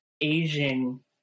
Asian